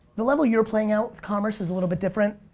the level you're playing out with commerce is a little bit different.